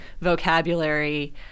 vocabulary